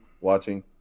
watching